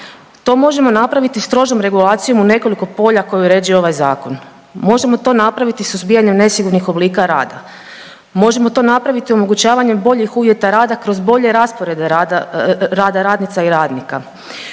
To možemo napraviti strožom regulacijom u nekoliko polja koje uređuje ovaj Zakon. Možemo to napraviti suzbijanjem nesigurnih oblika rada. Možemo to napraviti omogućavanjem boljih uvjeta rada kroz bolje rasporede rada radnica i radnika.